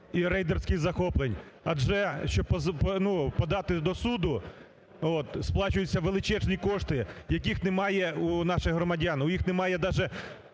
і рейдерських захоплень, адже, щоб подати до суду, сплачуються величезні кошти, яких немає у наших громадян, у них немає навіть